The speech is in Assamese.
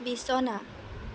বিছনা